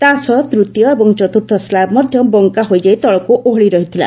ତାସହ ତୂତୀୟ ଏବଂ ଚତୁର୍ଥ ସ୍କାବ ମଧ୍ୟ ବଙ୍କା ହୋଇଯାଇ ତଳକୁ ଓହଳି ରହିଥିଲା